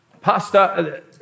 Pastor